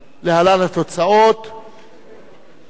חוק ההוצאה לפועל (תיקון מס'